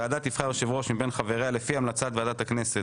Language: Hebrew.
הוועדה תבחר יושב-ראש מבין חבריה לפי המלצת ועדת הכנסת.